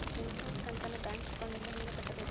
Insurance ಕಂತನ್ನ bank ಅಕೌಂಟಿಂದ ಹೆಂಗ ಕಟ್ಟಬೇಕು?